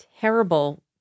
terrible